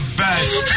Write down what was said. best